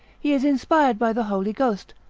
he is inspired by the holy ghost,